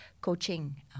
coaching